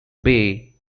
bay